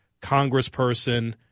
congressperson